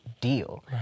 deal